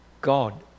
God